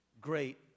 great